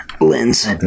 lens